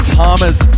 Thomas